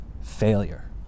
failure